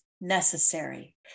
necessary